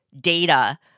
data